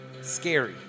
scary